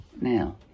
Now